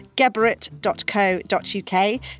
Geberit.co.uk